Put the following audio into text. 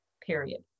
period